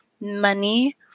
money